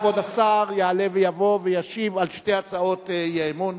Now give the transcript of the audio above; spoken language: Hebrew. כבוד השר יעלה ויבוא וישיב על שתי הצעות האי-אמון.